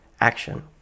action